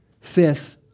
Fifth